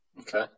Okay